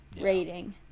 rating